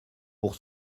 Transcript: pour